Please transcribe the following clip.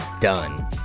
done